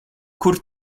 kur